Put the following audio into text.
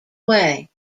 way